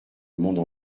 monde